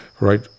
right